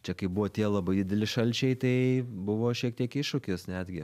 čia kai buvo tie labai dideli šalčiai tai buvo šiek tiek iššūkis netgi